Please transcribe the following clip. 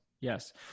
Yes